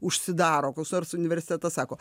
užsidaro koks nors universitetas sako